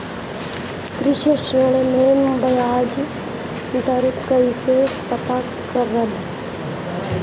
कृषि ऋण में बयाज दर कइसे पता करब?